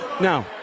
Now